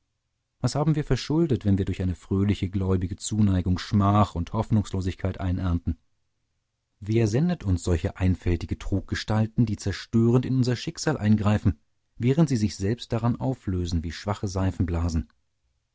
was haben wir verschuldet wenn wir durch eine fröhliche gläubige zuneigung schmach und hoffnungslosigkeit einernten wer sendet uns solche einfältige truggestalten die zerstörend in unser schicksal eingreifen während sie sich selbst daran auflösen wie schwache seifenblasen